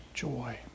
Joy